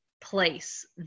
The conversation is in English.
place